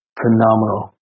phenomenal